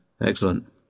Excellent